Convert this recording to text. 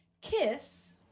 KISS